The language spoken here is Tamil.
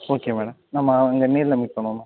ஓகே மேடம் நம்ம வந்து நேரில் மீட் பண்ணுவோம் மேம்